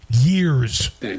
years